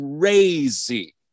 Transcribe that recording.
crazy